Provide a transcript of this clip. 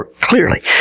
clearly